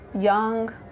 young